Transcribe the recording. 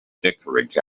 vicarage